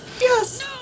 Yes